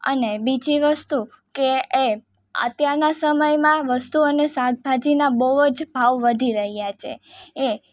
અને બીજી વસ્તુ કે એ અત્યારના સમયમાં વસ્તુ અને શાકભાજીના બહુ જ ભાવ વધી રહ્યા છે એ